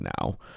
now